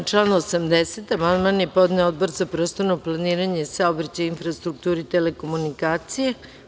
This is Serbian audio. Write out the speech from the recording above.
Na član 80. amandman je podneo Odbor za prostorno planiranje, saobraćaj, infrastrukturu i telekomunikacije.